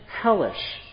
hellish